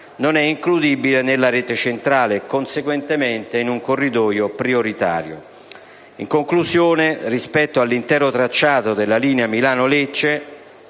non è includibile nella rete centrale e, conseguentemente, in un corridoio prioritario. In conclusione, rispetto all'intero tracciato della linea Milano-Lecce,